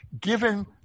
given